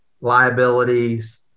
liabilities